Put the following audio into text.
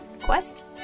quest